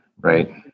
Right